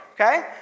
okay